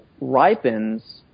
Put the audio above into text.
ripens